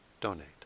donate